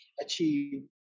achieve